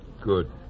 Good